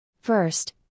First